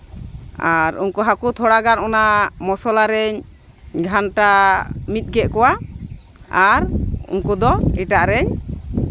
ᱟᱨ ᱩᱱᱠᱩ ᱦᱟᱹᱠᱩ ᱛᱷᱚᱲᱟᱜᱟᱱ ᱢᱚᱥᱞᱟ ᱨᱮᱧ ᱜᱷᱟᱱᱴᱟ ᱢᱤᱫ ᱠᱮᱜ ᱠᱚᱣᱟ ᱟᱨ ᱩᱱᱠᱩ ᱫᱚ ᱮᱴᱟᱜ ᱨᱤᱧ